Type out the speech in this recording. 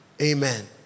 amen